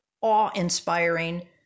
awe-inspiring